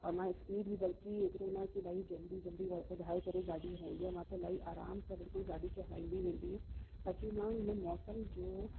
ऐं मां स्पीड बि बल्कि एतिरो न कि इलाही जल्दी जल्दी वधाए करे गाॾी हलाईंदी आहियां मां त इलाही आराम सां बिल्कुलु गाॾी खे हलाईंदी वेंदी ताकि मां हुन मौसम जो